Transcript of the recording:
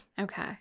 Okay